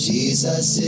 Jesus